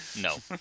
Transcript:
No